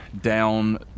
down